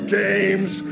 games